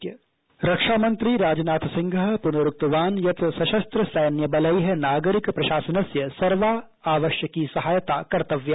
रक्षामन्त्री रक्षामन्त्री राजनाथ सिंहज़ प्नरुक्तवान् यत् सशस्त्र सैन्य बलैज़ नागरिक प्रशासनस्य सर्वा आवश्यकी सहायता कर्तव्या